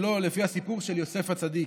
שלו לפי הסיפור של יוסף הצדיק,